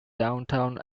downtown